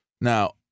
Now